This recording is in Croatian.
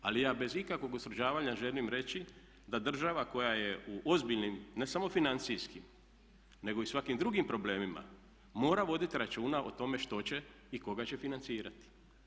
Ali ja bez ikakvog ustručavanja želim reći da država koja je u ozbiljnim ne samo financijskim, nego i svakim drugim problemima mora vodit računa o tome što će i koga će financirati.